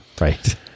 right